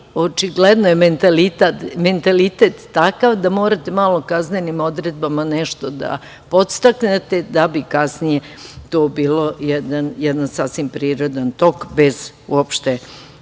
očigledno je mentalitet takav da morate malo kaznenim odredbama nešto da podstaknete da bi kasnije to bilo jedan sasvim prirodan tog bez uopšte